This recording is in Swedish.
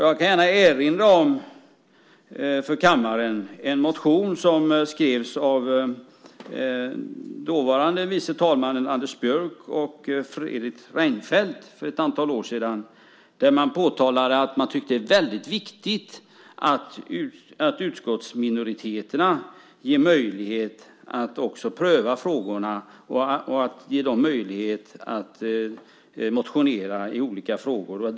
Jag kan gärna för kammaren erinra om en motion som skrevs av dåvarande förste vice talmannen Anders Björck och Fredrik Reinfeldt för ett antal år sedan. Där påtalade man att man tyckte att det var väldigt viktigt att ge också utskottsminoriteterna möjlighet att pröva frågorna och ge dem möjlighet att motionera i olika frågor.